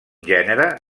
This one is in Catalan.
gènere